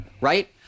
right